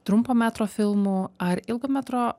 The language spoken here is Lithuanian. trumpo metro filmų ar ilgo metro